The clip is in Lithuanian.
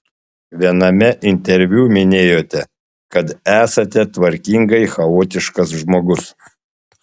viename interviu minėjote kad esate tvarkingai chaotiškas žmogus